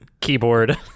keyboard